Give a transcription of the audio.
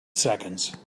seconds